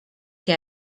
que